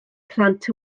plant